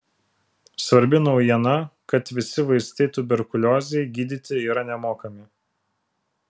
svarbi naujiena kad visi vaistai tuberkuliozei gydyti yra nemokami